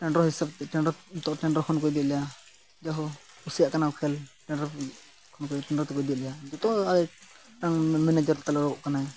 ᱠᱮᱱᱫᱨᱚ ᱦᱤᱥᱟᱹᱵᱽ ᱛᱮ ᱠᱮᱱᱫᱨᱚ ᱠᱮᱱᱫᱨᱚ ᱠᱷᱚᱱ ᱠᱚ ᱤᱫᱤᱭᱮᱫ ᱞᱮᱭᱟ ᱡᱮᱦᱮᱛᱩ ᱠᱩᱥᱤᱭᱟᱜ ᱠᱟᱱᱟᱢ ᱠᱷᱮᱞ ᱠᱮᱱᱫᱨᱚ ᱠᱷᱚᱱ ᱠᱮᱱᱫᱨᱚ ᱛᱮᱠᱚ ᱤᱫᱤᱭᱮᱫ ᱞᱮᱭᱟ ᱡᱷᱚᱛᱚ ᱢᱮᱱᱮᱡᱟᱨ ᱛᱟᱞᱮᱭᱚᱜ ᱠᱟᱱᱟᱭ